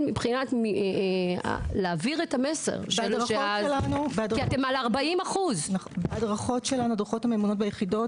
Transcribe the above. מבחינת העברת המסר כי אתם על 40%. בדוחות הממומנות ביחידות,